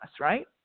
right